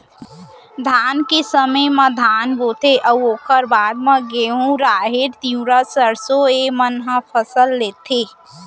धान के समे म धान बोथें अउ ओकर बाद म गहूँ, राहेर, तिंवरा, सरसों ए मन के फसल लेथें